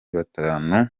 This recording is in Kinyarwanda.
batanu